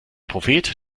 prophet